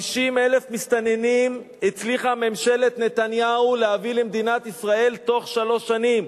50,000 מסתננים הצליחה ממשלת נתניהו להביא למדינת ישראל תוך שלוש שנים.